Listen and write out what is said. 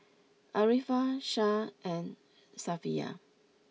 Arifa Shah and Safiya